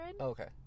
okay